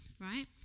right